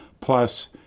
plus